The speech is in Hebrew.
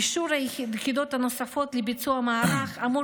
אישור היחידות הנוספות לביצוע המערך אמור